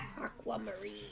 Aquamarine